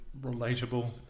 relatable